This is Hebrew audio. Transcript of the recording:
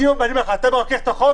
ואני מודיע לך: אתה מרכך את החוק,